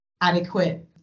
adequate